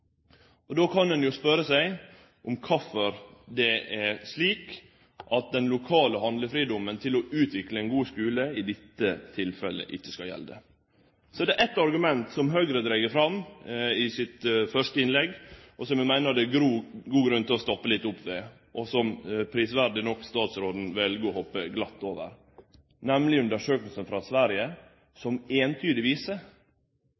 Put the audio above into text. Då kan ein spørje seg om kvifor det er slik at den lokale handlefridomen til å utvikle ein god skule i dette tilfellet ikkje skal gjelde. Og så er det eit argument som Høgre dreg fram i sitt første innlegg som eg meiner det er god grunn til å stoppe litt opp ved, og som statsråden prisverdig nok vel å hoppe glatt over, nemlig undersøkinga frå Sverige